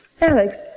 Alex